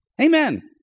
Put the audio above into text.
Amen